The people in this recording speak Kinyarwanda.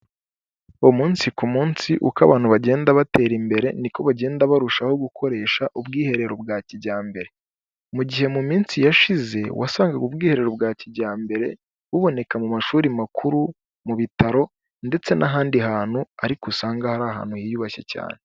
Umunsi ku munsi uko abantu bagenda batera imbere niko bagenda barushaho gukoresha ubwiherero bwa kijyambere, mu gihe mu minsi yashize wasangaga ubwiherero bwa kijyambere buboneka mu mashuri makuru, mu bitaro ndetse n'ahandi hantu ariko usanga hari ahantu hiyubashye cyane.